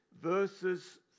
verses